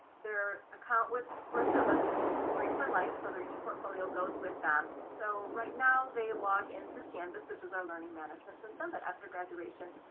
their account with course, networking is free for life. so their eportfolio goes with them. so right now they log in through canvas, which is our learning management system. but after graduation,